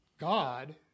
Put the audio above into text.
God